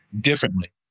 differently